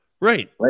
right